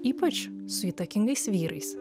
ypač su įtakingais vyrais